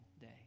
day